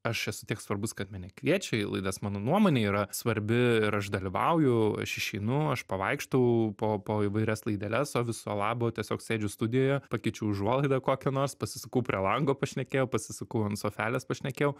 aš esu tiek svarbus kad mane kviečia į laidas mano nuomonė yra svarbi ir aš dalyvauju aš išeinu aš pavaikštau po po ivairias laideles o viso labo tiesiog sėdžiu studijoje pakeičiu užuolaidą kokią nors pasisukau prie lango pašnekėjau pasisukau ant sofelės pašnekėjau